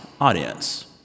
audience